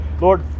Lord